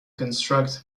construct